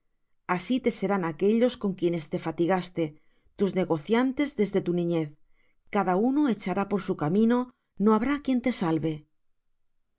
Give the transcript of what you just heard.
así te serán aquellos con quienes te fatigaste tus negociantes desde tu niñez cada uno echará por su camino no habrá quien te salve